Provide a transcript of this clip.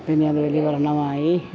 പിന്നെ വലിയ വൃണമായി